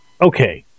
Okay